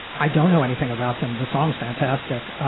i don't know anything about them. the song's fantastic.